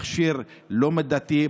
הוא מכשיר לא מידתי,